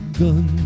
gun